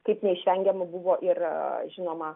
kaip neišvengiama buvo ir žinoma